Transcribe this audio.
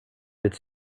its